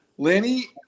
Lenny